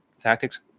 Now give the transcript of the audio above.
tactics